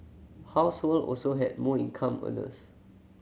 household also had more income earners